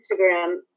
Instagram